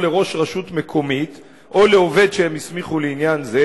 או לראש רשות מקומית או לעובד שהם הסמיכו לעניין זה,